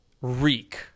reek